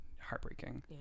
heartbreaking